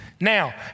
Now